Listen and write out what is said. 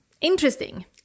Interesting